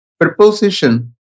preposition